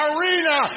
Arena